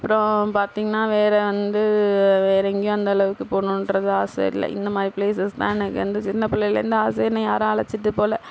அப்புறம் பார்த்தீங்கன்னா வேற வந்து வேற எங்கேயும் அந்த அளவுக்கு போகணும்றது ஆசை இல்லை இந்தமாதிரி பிளேஸஸ் தான் எனக்கு வந்து சின்ன பிள்ளைலேருந்து ஆசை என்னை யாரும் அழைச்சிட்டு போகலை